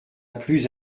plus